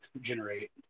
Generate